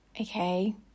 okay